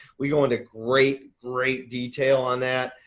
we go into great, great detail on that.